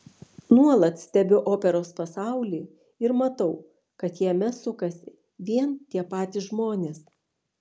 nuolat stebiu operos pasaulį ir matau kad jame sukasi vien tie patys žmonės